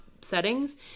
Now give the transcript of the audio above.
settings